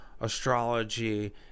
astrology